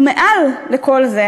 ומעל לכל זה,